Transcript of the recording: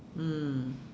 mm